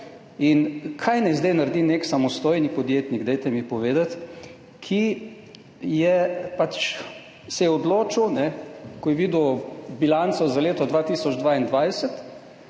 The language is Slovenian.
In kaj naj zdaj naredi nek samostojni podjetnik, dajte mi povedati, ki se je odločil, ko je videl bilanco za leto 2022,